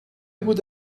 would